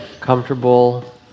comfortable